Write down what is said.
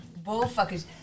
Bullfuckers